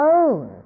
own